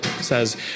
says